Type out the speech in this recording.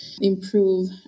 improve